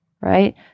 right